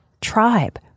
tribe